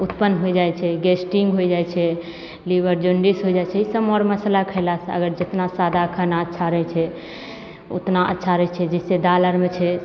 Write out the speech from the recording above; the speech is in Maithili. उत्पन्न होइ जाइ छै गेस्टिक होइ जाइ छै लीवर जौंडिस हो जाइ छै ई सब मर मसल्ला खयलासँ अगर जेतना सादा खाना अच्छा रहय छै ओतना अच्छा रहय छै जैसे दालि आरमे छै